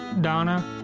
Donna